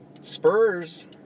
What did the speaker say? Spurs